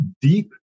deep